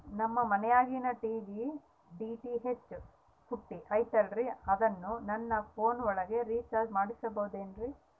ನಮ್ಮ ಮನಿಯಾಗಿನ TV DTH ಪುಟ್ಟಿ ಐತಲ್ರೇ ಅದನ್ನ ನನ್ನ ಪೋನ್ ಒಳಗ ರೇಚಾರ್ಜ ಮಾಡಸಿಬಹುದೇನ್ರಿ?